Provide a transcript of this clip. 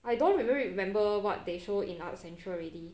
I don't really remember what they show in art central already